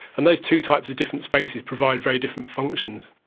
and those two types of different spaces provide very different functions.